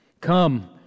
Come